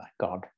God